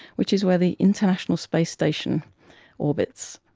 which is where the international space station orbits.